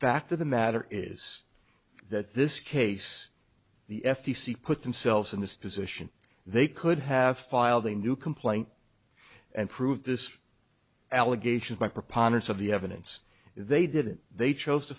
fact of the matter is that this case the f t c put themselves in this position they could have filed a new complaint and prove this allegation by preponderance of the evidence they didn't they chose to